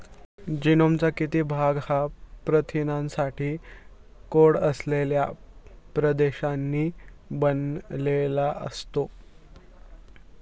जीनोमचा किती भाग हा प्रथिनांसाठी कोड असलेल्या प्रदेशांनी बनलेला असतो?